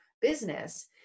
business